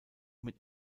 mit